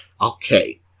Okay